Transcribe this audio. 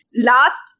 last